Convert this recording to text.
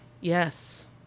Yes